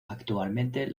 actualmente